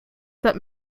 that